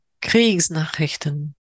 Kriegsnachrichten